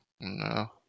No